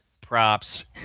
props